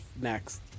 next